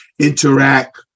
interact